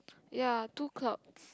ya two clouds